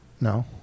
No